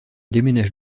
déménage